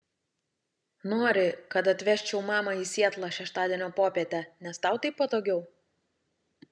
nori kad atvežčiau mamą į sietlą šeštadienio popietę nes tau taip patogiau